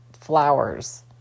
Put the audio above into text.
flowers